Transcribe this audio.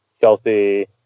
Chelsea